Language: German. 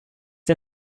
der